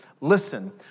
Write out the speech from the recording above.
listen